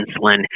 insulin